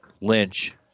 Lynch